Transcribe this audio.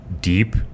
deep